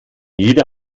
jeder